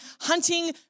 hunting